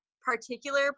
particular